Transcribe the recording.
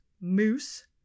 moose